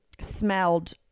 smelled